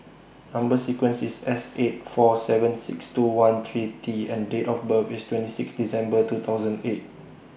Number sequence IS S eight four seven six two one three T and Date of birth IS twenty six December two thousand eight